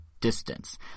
distance